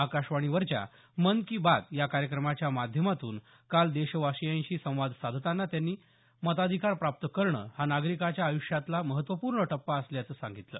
आकाशवाणीवरच्या मन की बात या कार्यक्रमाच्या माध्यमातून काल देशवासियांशी संवाद साधतांना त्यांनी मताधिकार प्राप्त करणं हा नागरिकाच्या आयुष्यातला महत्त्वपूर्ण टप्पा असल्याचं सांगितलं